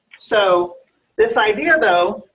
so this idea, though,